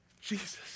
Jesus